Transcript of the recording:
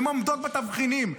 הן עומדות בתבחינים.